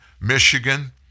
Michigan